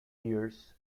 years